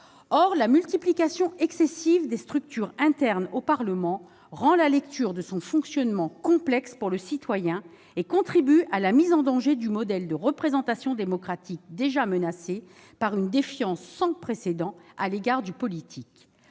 Or la multiplication excessive des structures internes au Parlement rend la lecture de son fonctionnement complexe pour le citoyen et contribue à la mise en danger du modèle de représentation démocratique, déjà menacé par une défiance sans précédent à l'égard du politique.